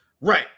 right